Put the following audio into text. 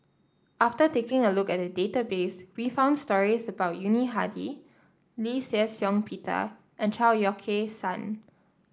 after taking a look at the database we found stories about Yuni Hadi Lee Shih Shiong Peter and Chao Yoke San